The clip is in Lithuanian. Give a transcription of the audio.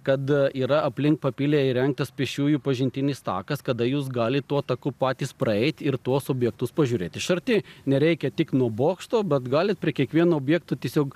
kad yra aplink papilę įrengtas pėsčiųjų pažintinis takas kada jūs galit tuo taku patys praeit ir tuos objektus pažiūrėt iš arti nereikia tik nuo bokšto bet galit prie kiekvieno objekto tiesiog